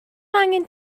angen